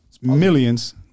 millions